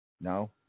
No